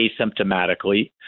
asymptomatically